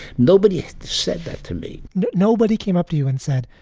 nobody said that to me nobody came up to you and said,